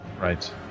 right